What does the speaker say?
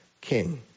king